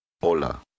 Hola